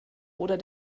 oder